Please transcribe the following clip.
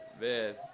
Man